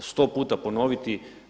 Sto puta ponoviti.